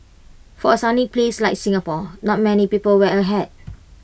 for A sunny place like Singapore not many people wear A hat